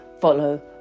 follow